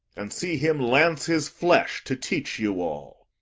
and see him lance his flesh to teach you all.